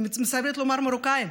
אני מסרבת לומר: מרוקאים.